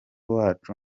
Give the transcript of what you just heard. wacu